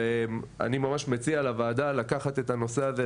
אני ממש מציע לוועדה לקחת את הנושא הזה,